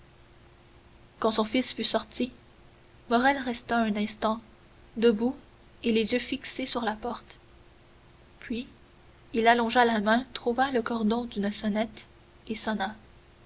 quand son fils fut sorti morrel resta un instant debout et les yeux fixés sur la porte puis il allongea la main trouva le cordon d'une sonnette et sonna